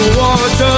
watch